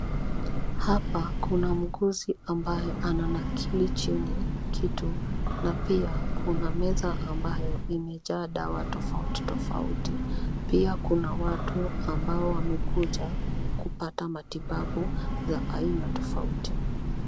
Hapa kuna mwuguzi ambaye ananakili chini kitu na pia kuna meza ambayo imejaa dawa tofauti tofauti pia kuna watu ambao wamekuja kupata matibabu za aina tofauti.